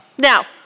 Now